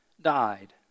died